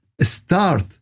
start